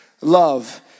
love